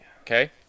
Okay